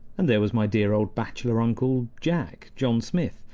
and there was my dear old bachelor uncle jack john smith,